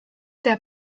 der